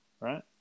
right